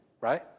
right